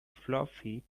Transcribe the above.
fluffy